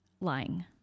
lying